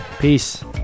Peace